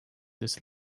this